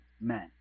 men